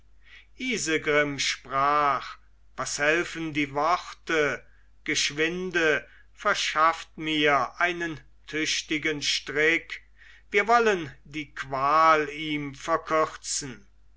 isegrim sprach was helfen die worte geschwinde verschafft mir einen tüchtigen strick wir wollen die qual ihm verkürzen